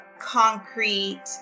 concrete